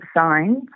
signs